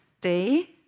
day